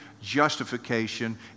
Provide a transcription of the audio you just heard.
justification